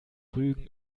rügen